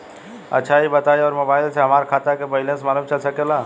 अच्छा ई बताईं और मोबाइल से हमार खाता के बइलेंस मालूम चल सकेला?